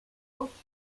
rocheux